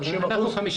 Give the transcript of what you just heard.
אלה 50 אחוזים.